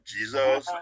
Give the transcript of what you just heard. Jesus